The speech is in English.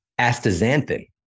Astaxanthin